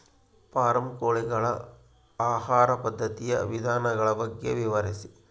Form ಕೋಳಿಗಳ ಆಹಾರ ಪದ್ಧತಿಯ ವಿಧಾನಗಳ ಬಗ್ಗೆ ವಿವರಿಸಿ?